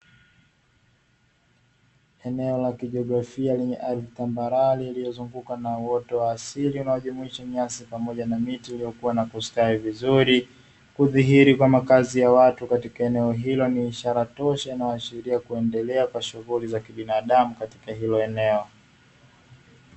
Eneo la kijiografia lenye ardhi tambarare iliyozungukwa na uoto wa asili unao jumuisha nyasi pamoja na miti uliokuwa na kustawi vizuri, kudhihiri kwa makazi ya watu katika eneo hilo ni ishara tosha inayoashiria kuendelea kwa shughuli za kibinadamu katika hilo eneo.